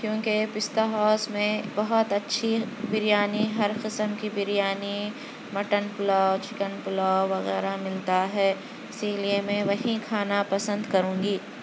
کیونکہ پستہ ہاؤس میں بہت اچھی بریانی ہر قسم کی بریانی مٹن پلاؤ چکن پلاؤ وغیرہ ملتا ہے اسی لئے میں وہیں کھانا پسند کرونگی